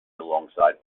alongside